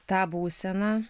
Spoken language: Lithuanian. tą būseną